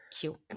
Cute